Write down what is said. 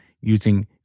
using